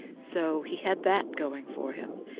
so he had that going for him,